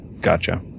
Gotcha